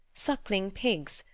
sucking-pigs,